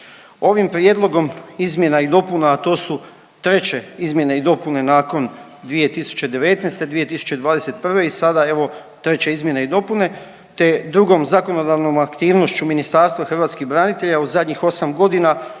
Ovim prijedlogom izmjena i dopuna, a to su treće izmjene i dopune nakon 2019. i 2021. i sada evo treće izmjene i dopune, te drugom zakonodavnom aktivnošću Ministarstva hrvatskih branitelja u zadnjih 8.g.